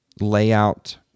Layout